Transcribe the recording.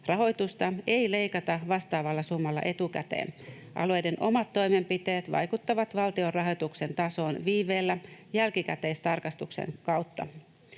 Rahoitusta ei leikata vastaavalla summalla etukäteen. Alueiden omat toimenpiteet vaikuttavat valtion rahoituksen tasoon viiveellä jälkikäteistarkastuksen kautta.